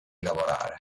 lavorare